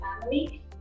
family